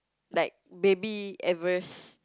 like baby Everest